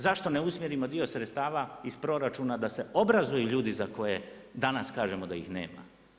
Zašto ne usmjerimo dio sredstava iz proračuna da se obrazuju ljude za koje danas kažemo da ih nema?